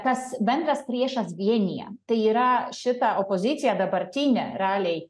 tas bendras priešas vienija tai yra šitą opoziciją dabartinę realiai